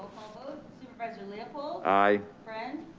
supervisor leopold. aye. friend?